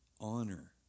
honor